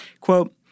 quote